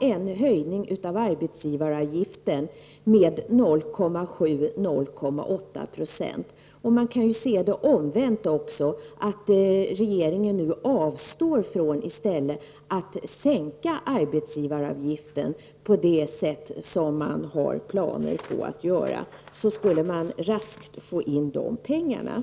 en höjning av arbetsgivaravgiften med bara 0,7-0,8 70. Man kan se det omvänt också. Om regeringen avstår från att sänka arbetsgivaravgiften på det sätt som man har planer på att göra, skulle man raskt få in de pengarna.